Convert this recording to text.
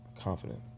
Confident